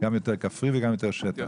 גם האזור הוא יותר כפרי וגם יש יותר שטח.